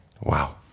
Wow